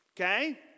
Okay